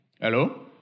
Hello